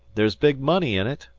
there's big money in it,